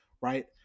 right